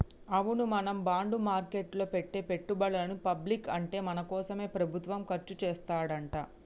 అవును మనం బాండ్ మార్కెట్లో పెట్టే పెట్టుబడులని పబ్లిక్ అంటే మన కోసమే ప్రభుత్వం ఖర్చు చేస్తాడంట